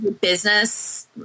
business –